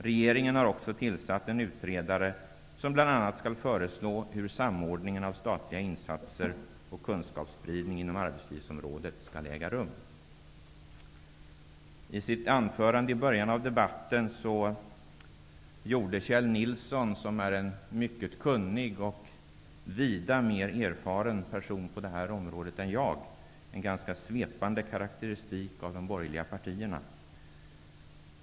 Regeringen har också tillsatt en utredare som bl.a. skall föreslå hur samordningen av statliga insatser och kunskapsspridning inom arbetslivsområdet skall äga rum. Nilsson, som är en mycket kunnig och vida mer erfaren person på det här området än jag, en ganska svepande karakteristik av de borgerliga partierna.